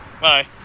Bye